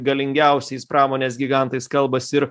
galingiausiais pramonės gigantais kalbasi ir